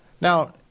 Now